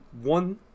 one